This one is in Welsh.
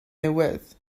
newydd